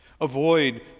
avoid